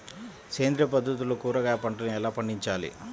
సేంద్రియ పద్ధతుల్లో కూరగాయ పంటలను ఎలా పండించాలి?